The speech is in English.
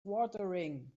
watering